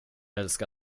älskar